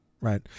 right